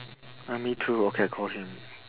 uh me too okay I call him